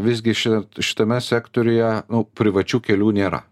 visgi šia šitame sektoriuje privačių kelių nėra